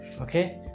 Okay